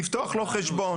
לפתוח לו חשבון.